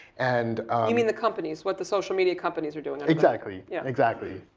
and you mean the companies, what the social media companies are doing? exactly yeah exactly.